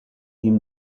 ihm